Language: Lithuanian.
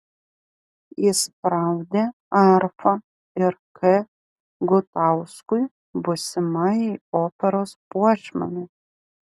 įspraudė arfą ir k gutauskui būsimajai operos puošmenai